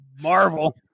marvel